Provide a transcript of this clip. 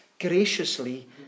graciously